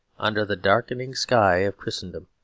under the darkening sky of christendom,